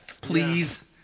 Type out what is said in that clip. Please